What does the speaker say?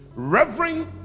Reverend